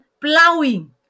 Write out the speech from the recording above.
plowing